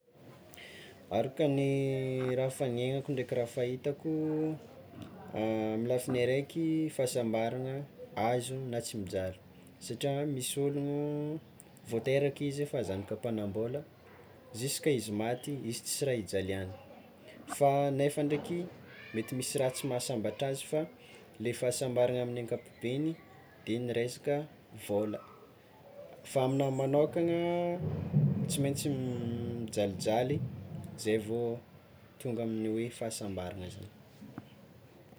Araka ny raha efa niainako ndraiky raha fa hitako, amy lafiny araiky fahasambarana azo na tsy mijaly satria misy ologno vao teraka izy efa zanaka mpanambôla jiska izy maty izy tsisy raha ijaliagna, fa nefa ndraiky mety misy raha tsy mahasambatra azy fa le fahasambarana amin'ny ankapobeny de ny resaka vôla fa amanah magnokana tsy maintsy mijalijaly zay vao tonga amin'ny fahasambarany zany.